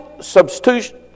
substitution